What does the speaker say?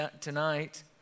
tonight